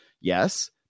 Yes